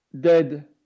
dead